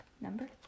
number